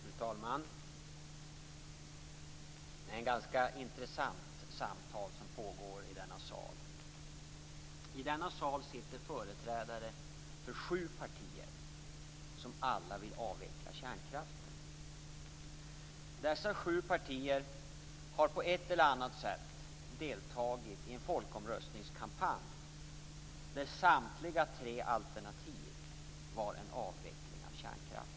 Fru talman! Det är ett ganska intressant samtal som pågår i denna sal. I denna sal sitter företrädare för sju partier som alla vill avveckla kärnkraften. Dessa sju partier har på ett eller annat sätt deltagit i en folkomröstningskampanj där samtliga tre alternativ innebar en avveckling av kärnkraften.